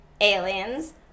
aliens